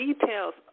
details